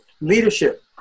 leadership